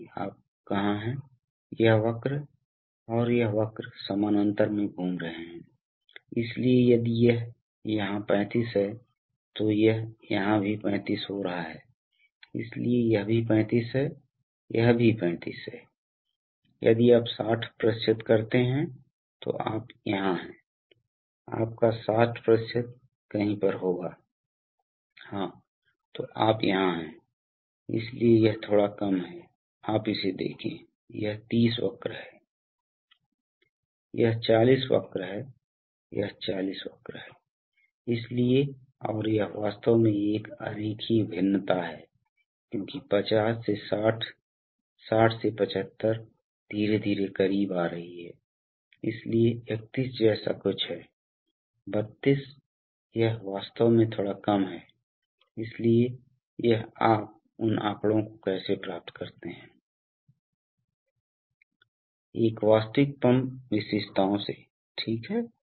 और सबसे पहले यह सभी उपकरण एक ही दबाव में एक साथ काम नहीं कर रहे होंगे इसलिए उनमें से कुछ 50 psi पर काम कर रहे हैं हम कह सकते हैं कुछ 120 psi पर काम कर रहे होंगे जो भी हो लेकिन तथ्य यह है कि याद रखें कि हमने कहा कि न्यूमेटिक्स प्रणाली क्यों सस्ती है यह सस्ता है क्योंकि आप एक कंप्रेसर का उपयोग करने जा रहे हैं इसलिए कंप्रेसर की लागत विभाजित होने वाली है विभाजित होने जा रही है इसलिए सिर्फ इसलिए कि इन आवश्यकताओं की आवश्यकता है ये विभिन्न दबाव की मांग करने जा रहे हैं